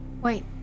Wait